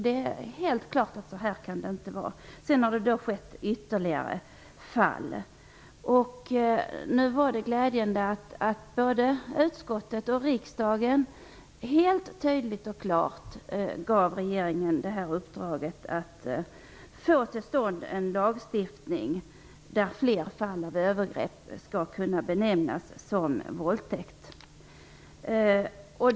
Det är helt klart att det inte får vara så här. Ytterligare fall har inträffat. Det var glädjande att både utskottet och riksdagen tydligt och klart gav regeringen i uppdrag att få till stånd en sådan lagstiftning att flera fall av övergrepp skall kunna benämnas som våldtäkt.